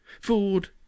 Ford